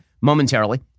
momentarily